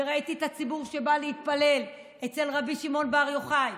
וראיתי את הציבור שבא להתפלל אצל רבי שמעון בר יוחאי,